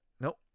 Nope